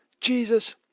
Jesus